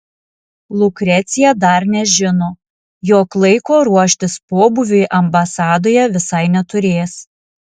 lukrecija dar nežino jog laiko ruoštis pobūviui ambasadoje visai neturės